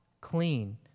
clean